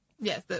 Yes